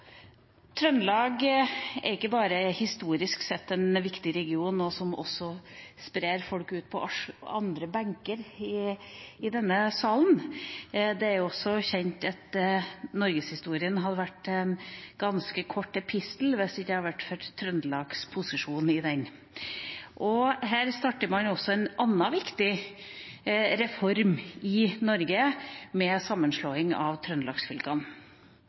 Trøndelag er ikke bare historisk sett en viktig region, som også sprer folk ut på andre benker i denne salen, det er også kjent at norgeshistorien hadde vært en ganske kort epistel hvis det ikke hadde vært for Trøndelags posisjon i den. Her starter man også en annen viktig reform i Norge med sammenslåing av